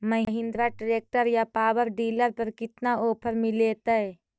Mahindra tractor या power dealer पर कितना ओफर मीलेतय?